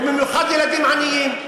במיוחד ילדים עניים.